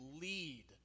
lead